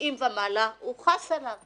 בן 70 ומעלה, השוטר חס עליו;